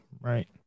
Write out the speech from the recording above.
right